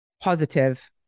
positive